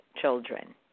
children